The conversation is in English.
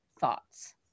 thoughts